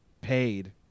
paid